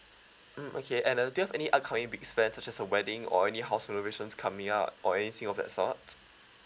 mm okay and uh do you have any upcoming big spends such as a wedding or any house renovations coming up or anything of that sort